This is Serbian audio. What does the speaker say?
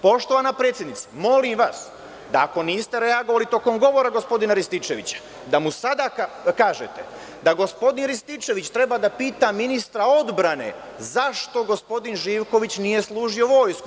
Poštovana predsednice, molim vas da ako niste reagovali tokom govora gospodina Rističevića da mu sada kažete da gospodin Rističević treba da pita ministra odbrane – zašto gospodin Živković nije služio vojsku.